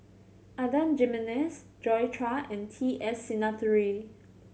Adan Jimenez Joi Chua and T S Sinnathuray